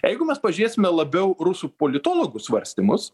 jeigu mes pažiūrėsime labiau rusų politologų svarstymus